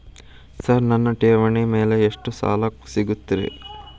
Sir ನನ್ನ ಠೇವಣಿ ಮೇಲೆ ಎಷ್ಟು ಸಾಲ ಸಿಗುತ್ತೆ ರೇ?